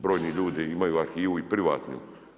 Brojni ljudi imaju arhivu i privatnim.